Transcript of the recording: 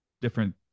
Different